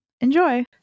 Enjoy